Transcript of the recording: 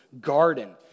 garden